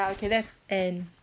ya okay let's end